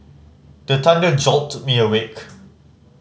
the thunder jolt me awake